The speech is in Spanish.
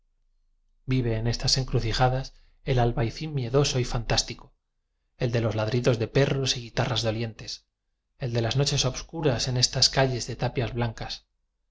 vive en estas encrucijadas el albayzín miedoso y fantástico el de los ladridos de perros y guitarras dolientes el de las noches obscuras en estas calles de tapias blancas